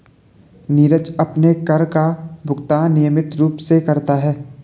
नीरज अपने कर का भुगतान नियमित रूप से करता है